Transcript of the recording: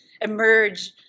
emerge